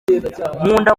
nkunda